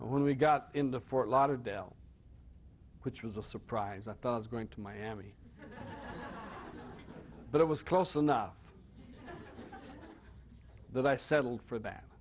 when we got in the fort lauderdale which was a surprise i thought i was going to miami but it was close enough that i settled for that